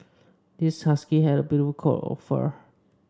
this husky has a beautiful coat of fur